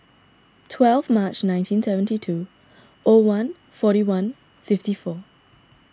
twelve March nineteen seventy two O one forty one fifty four